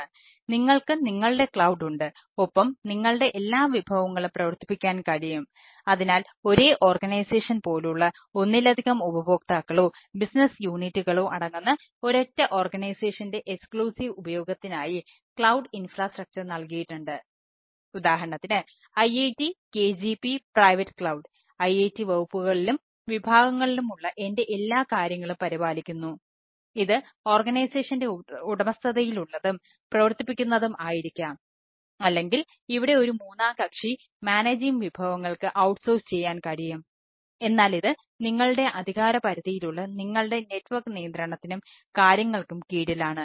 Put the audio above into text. അതിനാൽ നിങ്ങൾക്ക് നിങ്ങളുടെ ക്ലൌഡ് നിയന്ത്രണത്തിനും കാര്യങ്ങൾക്കും കീഴിലാണ്